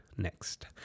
next